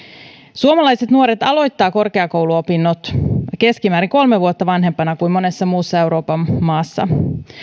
suomalaiset nuoret aloittavat korkeakouluopinnot keskimäärin kolme vuotta vanhempana kuin monessa muussa euroopan maassa